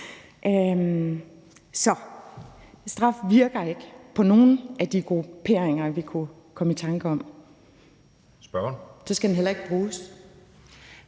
Så straf virker ikke på nogen af de grupperinger, vi kunne komme i tanker om, og så skal det heller ikke bruges.